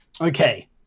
Okay